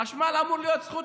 חשמל אמור להיות זכות